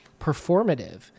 performative